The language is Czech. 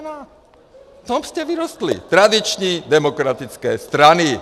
V tom jste vyrostli tradiční demokratické strany!